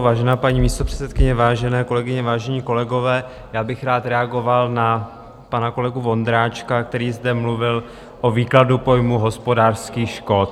Vážená paní místopředsedkyně, vážené kolegyně, vážení kolegové, já bych rád reagoval na pana kolegu Vondráčka, který zde mluvil o výkladu pojmu hospodářských škod.